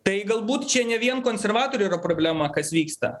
tai galbūt čia ne vien konservatorių yra problema kas vyksta